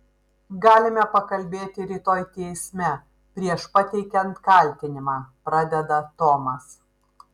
galime pakalbėti rytoj teisme prieš pateikiant kaltinimą pradeda tomas